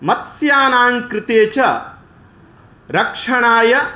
मत्स्यानां कृते च रक्षणाय